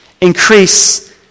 Increase